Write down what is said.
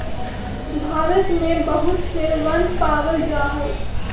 भारत में बहुत से वन पावल जा हई